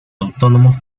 autónomos